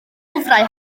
lyfrau